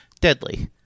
deadly